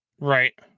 Right